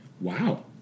Wow